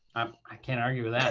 um i can't argue with that.